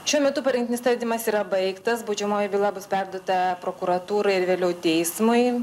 šiuo metu parengtinis tardymas yra baigtas baudžiamoji byla bus perduota prokuratūrai ir vėliau teismui